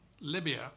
Libya